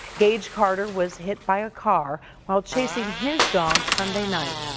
gage carter was hit by a car while chasing his dog sunday night.